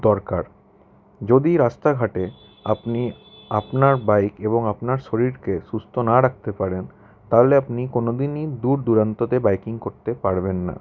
দরকার যদি রাস্তাঘাটে আপনি আপনার বাইক এবং আপনার শরীরকে সুস্থ না রাখতে পারেন তাহলে আপনি কোনো দিনই দূরদূরান্ততে বাইকিং করতে পারবেন না